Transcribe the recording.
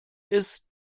ist